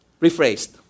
Rephrased